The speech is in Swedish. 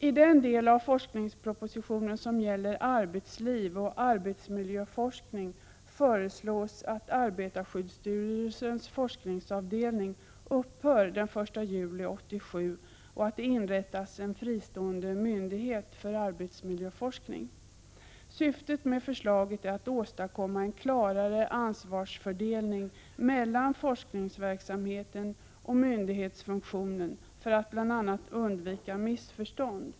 I den del av forskningspropositionen som gäller arbetsliv och arbetsmiljöforskning föreslås att arbetarskyddsstyrelsens forskningsavdelning upphör den 1 juli 1987, och att det inrättas en fristående myndighet för arbetsmiljöforskning. Syftet med förslaget är att åstadkomma en klarare ansvarsfördelning mellan forskningsverksamheten och myndighetsfunktionen för att bl.a. undvika missförstånd.